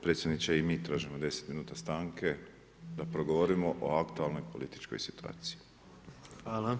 Predsjedniče i mi tražimo deset minuta stanke da progovorimo o aktualnoj političkoj situaciji.